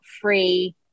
free